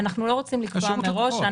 אנחנו לא רוצים לקבוע מראש.